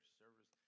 service